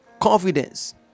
Confidence